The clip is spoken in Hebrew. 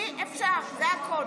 אי-אפשר, זה הכול.